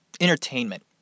entertainment